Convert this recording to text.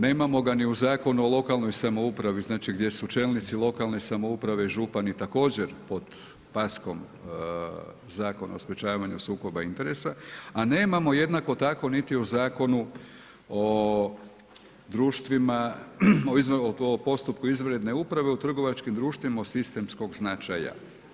Nemamo ga ni u Zakonu o lokalnoj samoupravi, znači gdje su čelnici lokalne samoupravi, župani također pod paskom Zakona o sprečavanju sukoba interesa, a nemamo jednako tako niti u Zakonu o postupku izvanredne uprave u trgovačkim društvima od sistemskog značaja.